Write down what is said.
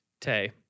Tay